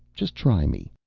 just try me.